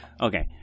okay